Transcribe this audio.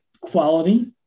quality